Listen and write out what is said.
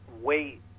wait